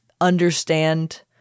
understand